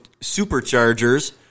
Superchargers